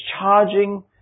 charging